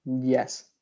Yes